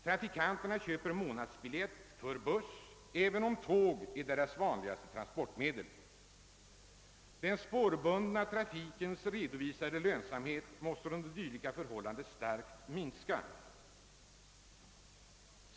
Trafikanterna köper därför månadsbiljett för buss även om tåg är deras vanligaste transportmedel. Den spårbundna trafikens redovisade lönsamhet måste under sådana förhållanden starkt minska.